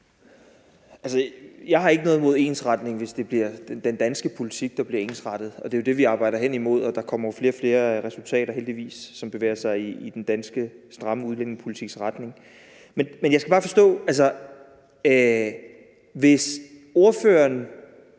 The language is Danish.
Jeg har ikke noget imod ensretning, hvis det bliver den danske politik, der bliver ensrettet efter. Det er det, vi arbejder hen imod, og der kommer jo flere og flere resultater, heldigvis, som bevæger sig i den stramme danske udlændingepolitiks retning. Hvis ordføreren